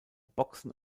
boxen